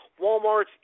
Walmart's